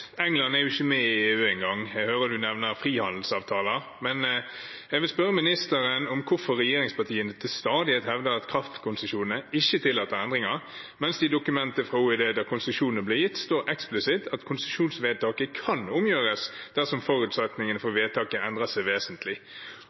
England er jo ikke engang med i EU, jeg hører statsråden nevner frihandelsavtaler. Men jeg vil spørre ministeren om hvorfor regjeringspartiene til stadighet hevder at kraftkonsesjonene ikke tillater endringer, mens det i dokumenter fra OED da konsesjonene ble gitt, står eksplisitt at konsesjonsvedtaket kan omgjøres dersom forutsetningene for vedtaket endrer seg vesentlig.